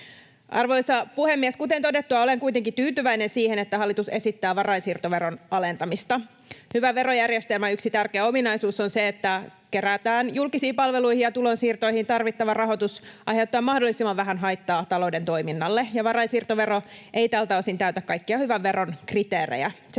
Arvoisa puhemies! Kuten todettua, olen kuitenkin tyytyväinen siihen, että hallitus esittää varainsiirtoveron alentamista. Hyvän verojärjestelmän yksi tärkeä ominaisuus on se, että julkisiin palveluihin ja tulonsiirtoihin kerättävä tarvittava rahoitus aiheuttaa mahdollisimman vähän haittaa talouden toiminnalle, ja varainsiirtovero ei tältä osin täytä kaikkia hyvän veron kriteerejä.